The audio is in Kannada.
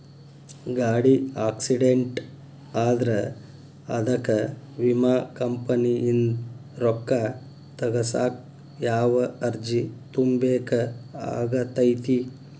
ಗಾಡಿ ಆಕ್ಸಿಡೆಂಟ್ ಆದ್ರ ಅದಕ ವಿಮಾ ಕಂಪನಿಯಿಂದ್ ರೊಕ್ಕಾ ತಗಸಾಕ್ ಯಾವ ಅರ್ಜಿ ತುಂಬೇಕ ಆಗತೈತಿ?